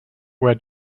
where